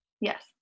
Yes